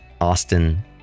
austin